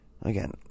Again